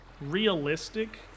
realistic